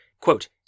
Quote